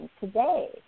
today